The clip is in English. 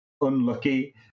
unlucky